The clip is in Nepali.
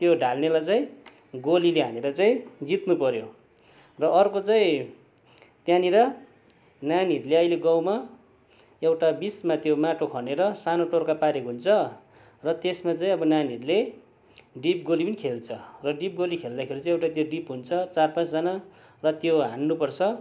त्यो ढाल्नेलाई चाहिँ गोलीले हानेर चाहिँ जित्नु पर्यो र अर्को चाहिँ त्यहाँनिर नानीहरूले अहिले गाउँमा एउटा बिचमा त्यो माटो खनेर सानो टोडका पारेको हुन्छ र त्यसमा चाहिँ अब नानीहरूले डिपगोली पनि खेल्छ र डिपगोली खेल्दाखेरि चाहिँ एउटा त्यो डिप हुन्छ चार पाँचजना र त्यो हान्नुपर्छ